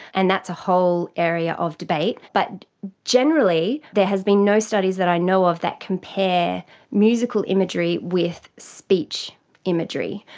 and that's a whole area of debate. but generally there has been no studies that i know of that compare musical imagery with speech imagery,